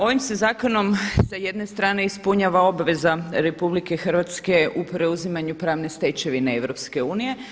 Ovim se zakonom sa jedne strane ispunjava obveza RH u preuzimanju pravne stečevine EU.